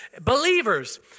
believers